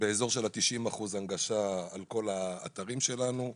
באזור של ה-90 אחוזים הנגשה בכל האתרים שלנו.